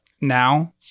now